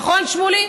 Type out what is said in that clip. נכון, שמולי?